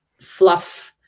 fluff